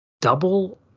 Double